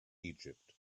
egypt